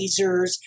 lasers